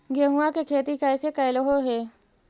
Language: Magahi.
गेहूआ के खेती कैसे कैलहो हे?